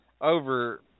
over